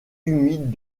humides